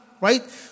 Right